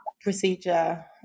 procedure